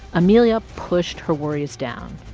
amelia pushed her worries down,